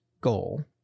goal